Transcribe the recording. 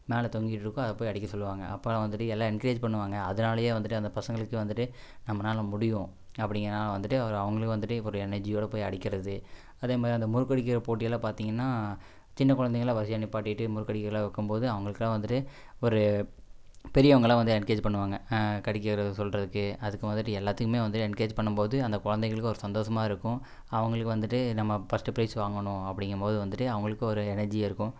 மேலே தொங்கிட்டு இருக்கும் அதை போய் அடிக்க சொல்லுவாங்கள் அப்போல்லாம் வந்துகிட்டு எல்லாம் என்க்ரேஜ் பண்ணுவாங்கள் அதனாலையே வந்துகிட்டு அந்த பசங்களுக்கு வந்துகிட்டு நம்மனால் முடியும் அப்படிங்கிறனால் வந்துகிட்டு ஒரு அவங்களுக்கும் வந்துகிட்டு இப்போ ஒரு எனர்ஜியோடு போய் அடிக்கிறது அதே மாதிரி அந்த முறுக்கு கடிக்கிற போட்டியெல்லாம் பார்த்தீங்கன்னா சின்ன குழந்தைங்கள்லாம் வரிசையாக நிற்பாட்டிட்டு முறுக்கு கடிக்கிறதுலாம் வக்கும்போது அவங்களுக்குலாம் வந்துகிட்டு ஒரு பெரியவங்கள்லாம் வந்து என்க்ரேஜ் பண்ணுவாங்கள் கடிக்கிறது சொல்கிறதுக்கு அதுக்கு வந்துகிட்டு எல்லாத்துக்குமே வந்து என்க்ரேஜ் பண்ணும் போது அந்த குழந்தைகளுக்கு ஒரு சந்தோஷமாக இருக்கும் அவங்களுக்கு வந்துகிட்டு நம்ம பஸ்ட்டு ப்ரைஸ் வாங்கணும் அப்படிங்கும்போது வந்துகிட்டு அவங்களுக்கு ஒரு எனர்ஜியாக இருக்கும்